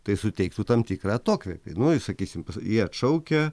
tai suteiktų tam tikrą atokvėpį nu i sakysim jie atšaukia